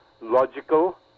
logical